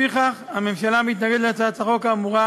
לפיכך הממשלה מתנגדת להצעת החוק האמורה